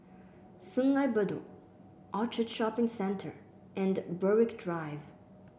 Sungei Bedok Orchard Shopping Centre and Berwick Drive